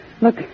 Look